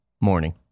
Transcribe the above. morning